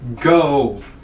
go